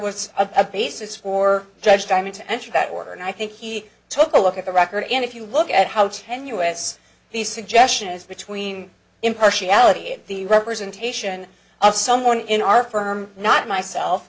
was a basis for judge to me to enter that order and i think he took a look at the record and if you look at how ten us the suggestion is between impartiality and the representation of someone in our firm not myself